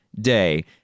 day